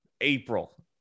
April